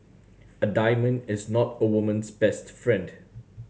a diamond is not a woman's best friend